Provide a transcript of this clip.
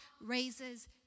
raises